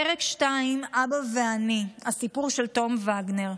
פרק 2: "אבא ואני", הסיפור של תום וגנר.